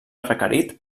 requerit